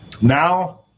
Now